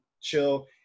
chill